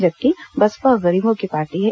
जबकि बसपा गरीबों की पार्टी है